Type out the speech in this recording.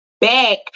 back